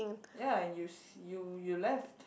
ya and you you you left